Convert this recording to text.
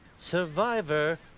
survivor,